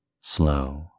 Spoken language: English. slow